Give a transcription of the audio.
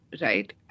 right